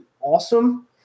awesome